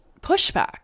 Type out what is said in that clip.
pushback